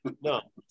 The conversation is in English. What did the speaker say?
No